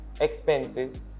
expenses